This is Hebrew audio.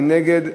מי נגד?